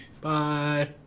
Bye